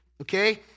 Okay